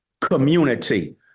community